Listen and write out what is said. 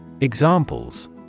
Examples